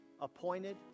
appointed